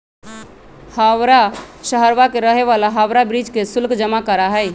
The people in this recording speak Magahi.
हवाड़ा शहरवा के रहे वाला हावड़ा ब्रिज के शुल्क जमा करा हई